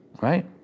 right